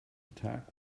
attack